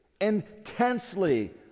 intensely